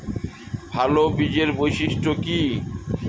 ভাল বীজের বৈশিষ্ট্য কী?